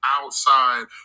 outside